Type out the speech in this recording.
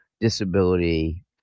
disability